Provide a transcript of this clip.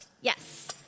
Yes